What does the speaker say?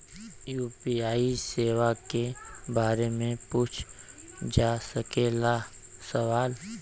UPI सेवा के बारे में पूछ जा सकेला सवाल?